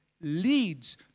leads